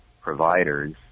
providers